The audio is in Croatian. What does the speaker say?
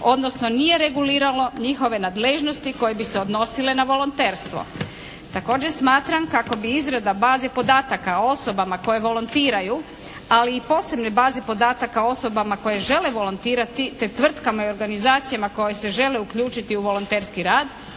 odnosno nije reguliralo njihove nadležnosti koje bi se odnosile na volonterstvo. Također smatram kako bi izrada baze podataka osobama koje volontiraju ali i posebnoj bazi podataka osobama koje žele volontirati te tvrtkama i organizacijama koje se žele uključiti u volonterski rad,